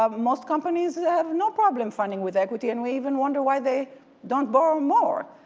um most companies have no problem funding with equity and we even why and why they don't borrow more.